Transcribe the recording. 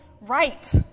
right